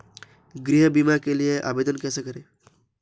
गृह बीमा के लिए आवेदन कैसे करें?